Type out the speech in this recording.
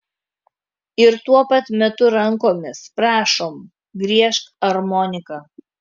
ir tuo pat metu rankomis prašom griežk armonika